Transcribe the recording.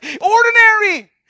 Ordinary